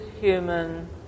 human